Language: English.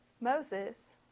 Moses